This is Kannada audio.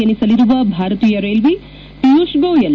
ಎನಿಸಲಿರುವ ಭಾರತೀಯ ರೈಲ್ವೆ ಪಿಯೂಷ್ ಗೋಯಲ್